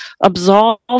absolve